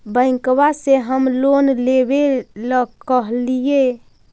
बैंकवा से हम लोन लेवेल कहलिऐ?